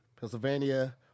Pennsylvania